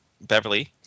Beverly